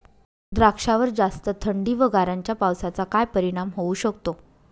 द्राक्षावर जास्त थंडी व गारांच्या पावसाचा काय परिणाम होऊ शकतो?